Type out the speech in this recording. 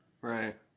Right